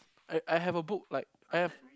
I I have book like I have